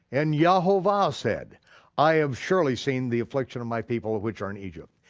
and yehovah said i have surely seen the affliction of my people which are in egypt.